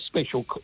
special